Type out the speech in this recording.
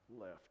left